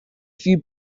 few